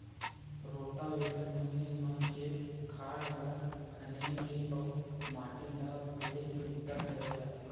rotavator मसीन म खेत खार ल खने के अउ माटी ल फोरे के बूता करे जाथे